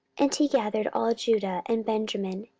and he gathered all judah and benjamin,